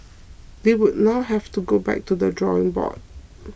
they would now have to go back to the drawing board